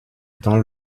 dans